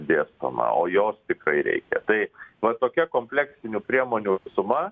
dėstoma o jos tikrai reikia tai va tokia kompleksinių priemonių visuma